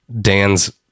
Dan's